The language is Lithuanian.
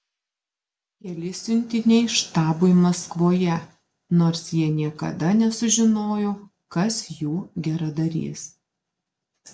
keli siuntiniai štabui maskvoje nors jie niekada nesužinojo kas jų geradarys